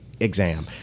Exam